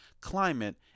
climate